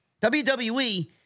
WWE